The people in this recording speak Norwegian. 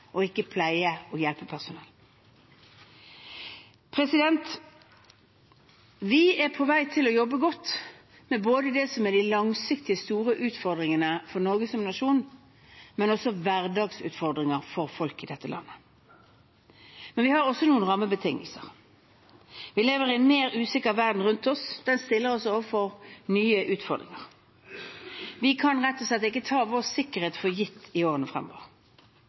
og ikke pleie- og hjelpepersonell. Vi er på vei til å jobbe godt både med de langsiktige, store utfordringene for Norge som nasjon og også med hverdagsutfordringer for folk i dette landet. Men vi har noen rammebetingelser. Vi lever i en mer usikker verden, og den stiller oss overfor nye utfordringer. Vi kan rett og slett ikke ta vår sikkerhet for gitt i årene fremover.